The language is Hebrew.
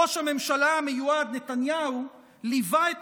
ראש הממשלה המיועד נתניהו ליווה את